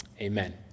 Amen